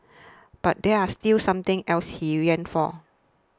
but there was still something else he yearned for